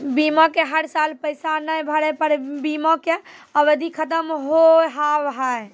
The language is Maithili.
बीमा के हर साल पैसा ना भरे पर बीमा के अवधि खत्म हो हाव हाय?